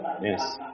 Yes